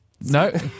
No